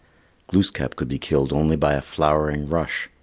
glooskap could be killed only by a flowering rush,